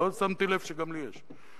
לא שמתי לב שגם לי יש.